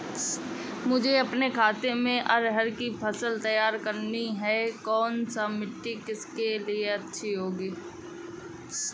मुझे अपने खेत में अरहर की फसल तैयार करनी है और कौन सी मिट्टी इसके लिए अच्छी व उपजाऊ होगी?